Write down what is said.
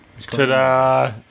ta-da